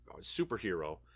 superhero